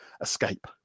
escape